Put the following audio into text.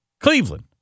Cleveland